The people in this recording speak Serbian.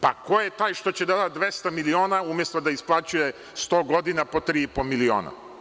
Pa, ko je taj ko će da da 200 miliona umesto da isplaćuje 100 godina po 3,5 miliona?